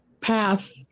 path